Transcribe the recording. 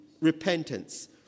repentance